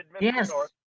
yes